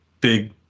big